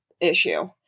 issue